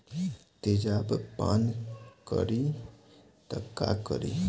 तेजाब पान करी त का करी?